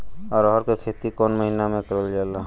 अरहर क खेती कवन महिना मे करल जाला?